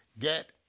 Get